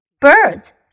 Birds